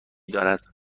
دارد